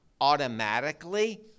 automatically